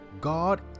God